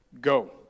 go